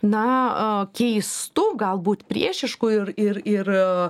na keistu galbūt priešišku ir ir ir